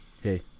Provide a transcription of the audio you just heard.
Hey